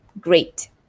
great